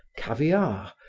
caviar,